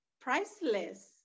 priceless